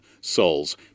souls